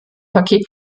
paket